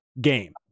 game